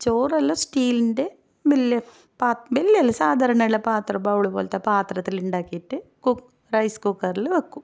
ചോറെല്ലാം സ്റ്റീലിൻ്റെ വലിയ വലിയ അല്ല സാധാരണയുള്ള പാത്രം ബൗൾ പോലത്തെ പാത്രത്തിലുണ്ടാക്കിയിട്ട് കുക്ക് റൈസ് കുക്കറിൽ വെക്കും